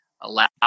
allow